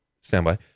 standby